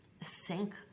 sink